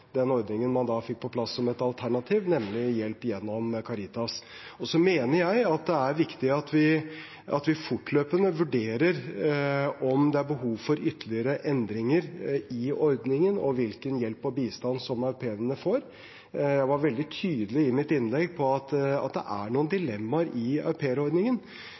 den ordningen man da fikk på plass som et alternativ, nemlig hjelp gjennom Caritas. Jeg mener det er viktig at vi fortløpende vurderer om det er behov for ytterligere endringer i ordningen, og hvilken hjelp og bistand au pairene får. Jeg var veldig tydelig i mitt innlegg på at det er noen dilemmaer i